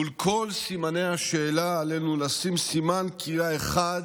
מול כל סימני השאלה, עלינו לשים סימן קריאה אחד,